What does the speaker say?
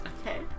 Okay